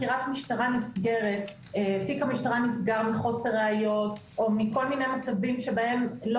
המשטרה נסגר מחוסר ראיות או מכל מיני מצבים שבהם לא